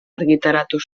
argitaratu